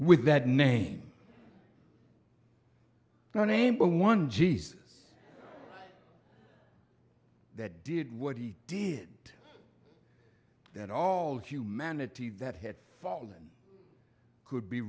with that name now name one jesus that did what he did that all humanity that had fallen could be